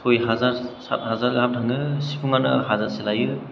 सय हाजार साथ हाजार गाहाम थाङो सिफुङानो हाजारसे लायो